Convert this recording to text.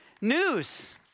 news